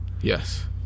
Yes